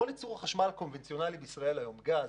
כל ייצור החשמל הקונבנציונלי בישראל היום גז,